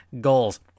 goals